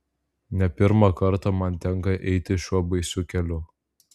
ne pirmą kartą man tenka eiti šiuo baisiu keliu